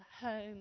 home